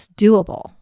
doable